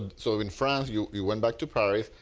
so in france you you went back to paris,